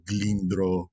Glindro